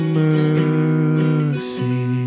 mercy